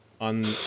on